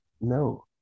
no